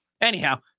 anyhow